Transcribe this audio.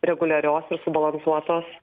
reguliarios ir subalansuotos